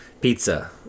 pizza